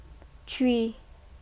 three